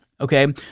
okay